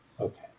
Okay